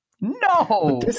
No